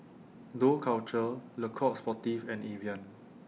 Dough Culture Le Coq Sportif and Evian